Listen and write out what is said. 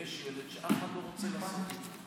ויש ילד שאף אחד לא רוצה לחלוק איתו,